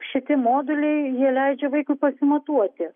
šiti moduliai jie leidžia vaikui pasimatuoti